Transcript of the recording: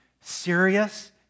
serious